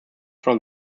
from